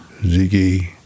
Ziggy